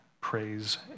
praise